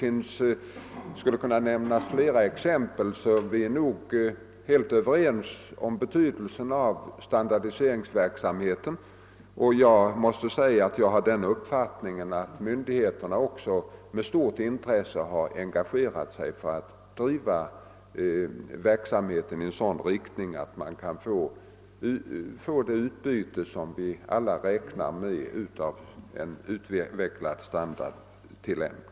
Jag skulle kunna nämna flera exempel. Vi är nog helt överens om standardiseringsverksamhetens betydelse, och jag har den uppfattningen att myndigheterna med stort intresse har engagerat sig för att driva verksamheten på ett sådant sätt att vi skall kunna få det utbyte som vi alla räknar med av en utvecklad standardtillämpning.